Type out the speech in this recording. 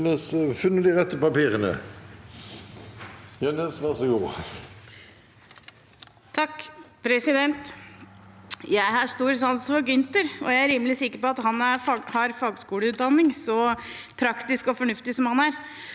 Jeg har stor sans for Gynter, og jeg er rimelig sikker på at han har fagskoleutdanning, så praktisk og fornuftig som han er.